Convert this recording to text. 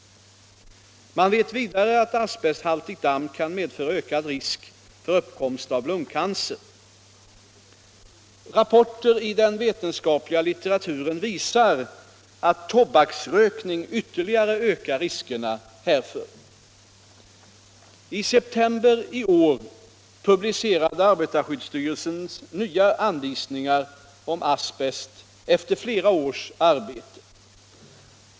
Man vet vidare att asbesthaltigt damm kan medföra ökad risk för uppkomst av lungcancer. Rapporter i den vetenskapliga litteraturen visar att tobaksrökning ytterligare ökar riskerna härför. I september i år publicerades arbetarskyddsstyrelsens nya anvisningar om asbest efter flera års arbete.